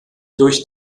durch